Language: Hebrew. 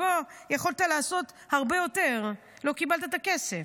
בוא, יכולת לעשות הרבה יותר, לא קיבלת את הכסף.